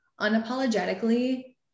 unapologetically